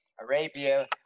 Arabia